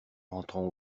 rentrant